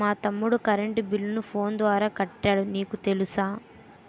మా తమ్ముడు కరెంటు బిల్లును ఫోను ద్వారా కట్టాడు నీకు తెలుసా